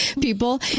people